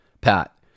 Pat